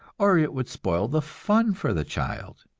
or it would spoil the fun for the child.